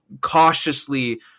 cautiously